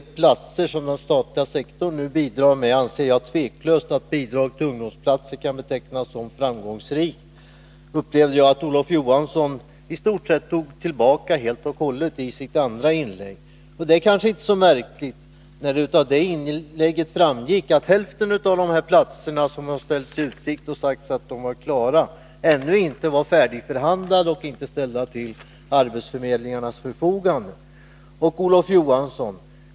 I interpellationssvaret säger Olof Johansson: ”Med de platser som den statliga sektorn nu bidrar med anser jag tveklöst att bidraget till ungdomsplatser kan betecknas som framgångsrikt.” Det upplevde jag att Olof Johansson i stort sett tog tillbaka helt och hållet i sitt andra inlägg, och det är kanske inte så märkligt, när det av det inlägget framgick att hälften av de platser som ställts i utsikt och som sagts vara klara ännu inte är färdigförhandlade och inte ställda till arbetsförmedlingarnas förfogande.